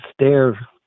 stare